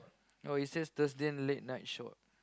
oh it says Thursday late night show